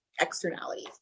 externalities